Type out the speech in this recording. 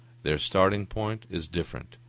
their starting-point is different,